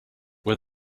were